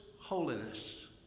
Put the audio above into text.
holiness